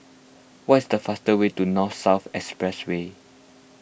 what's the fast way to North South Expressway